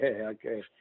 okay